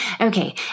Okay